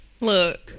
Look